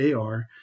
AR